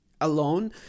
alone